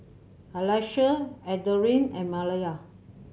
Alyssia Adrienne and Mallie